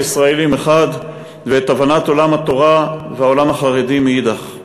הישראלי מחד ושל הבנת עולם התורה והעולם החרדי מאידך.